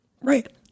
Right